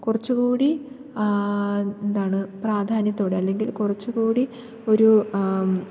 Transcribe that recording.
കുറച്ചു കൂടി എന്താണ് പ്രാധാന്യത്തോടെ അല്ലെങ്കിൽ കുറച്ച് കൂടി ഒരു